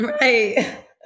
Right